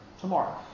tomorrow